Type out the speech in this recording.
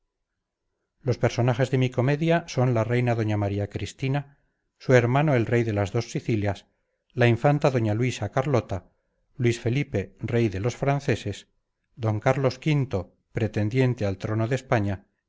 los personajes de mi comedia son la reina doña maría cristina su hermano el rey de las dos sicilias la infanta doña luisa carlota luis felipe rey de los franceses don carlos v pretendiente al trono de españa